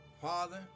Father